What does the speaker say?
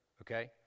Okay